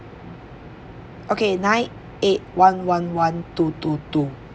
okay nine eight one one one two two two